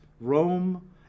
Rome